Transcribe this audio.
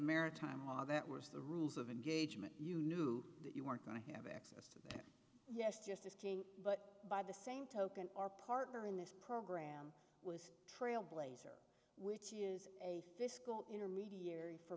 maritime law that was the rules of engagement you knew that you weren't going to have yes just asking but by the same token our partner in this program was trailblazer which is a fiscal intermediary for